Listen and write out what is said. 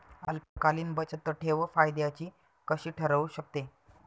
अल्पकालीन बचतठेव फायद्याची कशी ठरु शकते?